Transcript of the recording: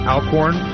Alcorn